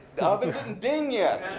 the oven didn't ding yet!